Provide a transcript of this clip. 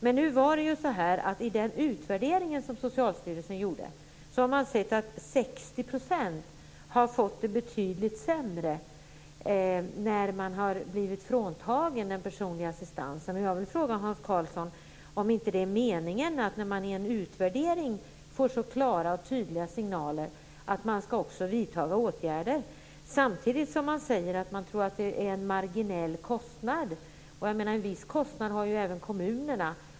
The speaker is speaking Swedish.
Men nu var det ju så att i den utvärdering som Socialstyrelsen gjorde har man sett att 60 % har fått det betydligt sämre när man har blivit fråntagen den personliga assistansen. Jag vill fråga Hans Karlsson om det inte är meningen att man också skall vidta åtgärder när man får så klara och tydliga signaler i en utvärdering. Samtidigt säger man att man tror att det är en marginell kostnad. En viss kostnad har ju även kommunerna.